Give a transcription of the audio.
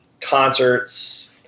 concerts